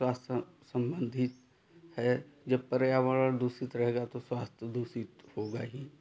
स्वास्थ संबंधी है जब पर्यावरण दूशित रहेगा तो स्वास्थ दूशित होगा ही